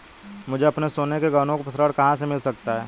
मुझे अपने सोने के गहनों पर ऋण कहां से मिल सकता है?